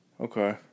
Okay